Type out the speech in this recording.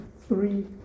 three